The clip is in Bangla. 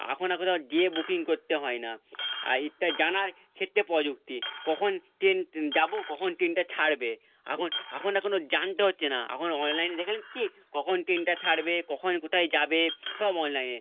এখন আর কোথাও যেয়ে বুকিং করতে হয় না আর এটা জানার ক্ষেত্রে প্রযুক্তি কখন ট্রেন যাব কখন ট্রেনটা ছাড়বে এখন এখন আর কোনো জানতে হচ্ছে না এখন অনলাইনে দেখে নিচ্ছি কখন ট্রেনটা ছাড়বে কখন কোথায় যাবে সব অনলাইনে